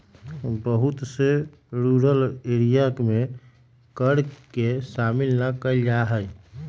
बहुत से rural area में कर के शामिल ना कइल जा हई